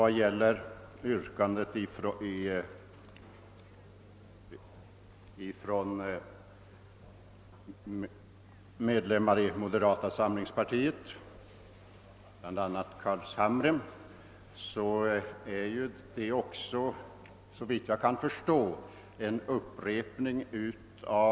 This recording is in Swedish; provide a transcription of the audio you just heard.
Det yrkande som framförts av medlemmar av moderata samlingspartiet, bland dem herr Carlshamre, är — såvitt jag kan förstå — en upprepning.